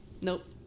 nope